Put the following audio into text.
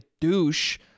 douche